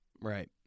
right